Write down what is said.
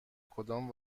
کدام